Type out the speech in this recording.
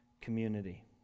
community